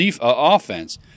offense